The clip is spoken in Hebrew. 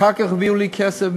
חבר הכנסת צחי הנגבי מציג את הצו בשם